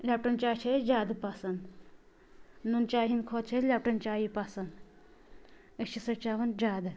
Lipton چاے چھِ اسہِ زیٛادٕ پسنٛد نُن چایہِ ہِنٛدۍ کھۄتہٕ چھِ اسہِ لیٚپٹن چایی پسنٛد أسۍ چھِ سۄ چیٚوان زیٛادٕ